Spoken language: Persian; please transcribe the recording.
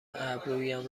ابرویم